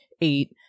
eight